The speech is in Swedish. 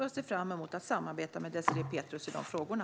Jag ser fram emot att samarbeta med Désirée Pethrus i de frågorna.